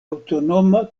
aŭtonoma